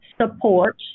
support